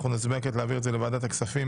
אנחנו נצביע על העברה לוועדת הכספים.